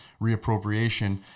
reappropriation